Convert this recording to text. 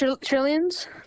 Trillions